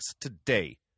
today